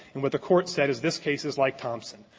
and what the court said is, this case is like thompson.